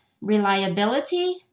reliability